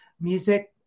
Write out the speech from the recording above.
music